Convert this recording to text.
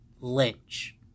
Lynch